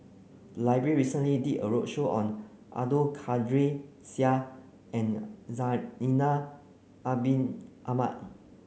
library recently did a roadshow on Abdul Kadir Syed and Zainal Abidin Ahmad